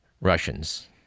Russians